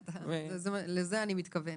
לזה אני מתכוונת.